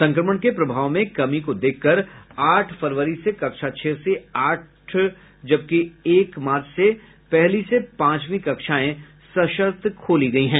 संक्रमण के प्रभाव में कमी को देखकर आठ फरवरी से कक्षा छह से आठ जबकि एक मार्च से पहली से पांचवी कक्षाएं सशर्त खोली गयी हैं